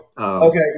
Okay